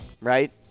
right